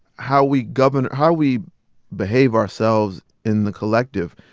how we govern how we behave ourselves in the collective,